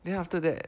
then after that